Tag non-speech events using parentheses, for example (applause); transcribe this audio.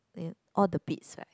(noise) all the beads right